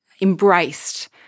embraced